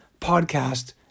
podcast